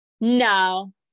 no